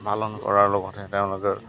পালন কৰাৰ লগতহে তেওঁলোকে